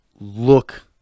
look